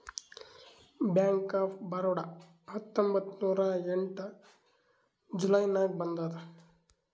bank of Baroda ಹತ್ತೊಂಬತ್ತ್ ನೂರಾ ಎಂಟ ಜುಲೈ ನಾಗ್ ಬಂದುದ್